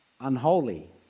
unholy